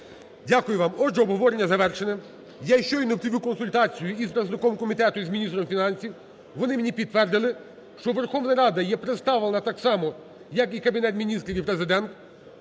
Дякую вам. Отже, обговорення завершено. Я щойно провів консультацію і з представником комітету, і з міністром фінансів. Вони мені підтвердили, що Верховна Рада є представлена так само, як і Кабінет Міністрів, і Президент.